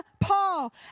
Paul